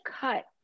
cut